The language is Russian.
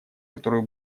которую